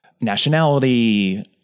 nationality